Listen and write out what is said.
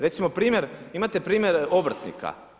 Recimo primjer, imate primjer obrtnika.